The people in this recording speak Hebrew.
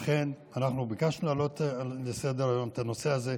לכן אנחנו ביקשנו להעלות על סדר-היום את הנושא הזה,